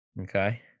Okay